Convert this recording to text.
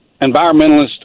environmentalists